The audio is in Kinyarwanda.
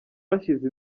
hashize